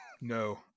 no